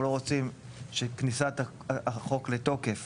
אנחנו לא רוצים שכניסת החוק לתוקף